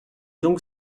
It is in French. donc